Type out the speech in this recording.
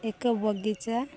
ଏକ ବଗିଚା